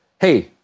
hey